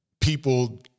people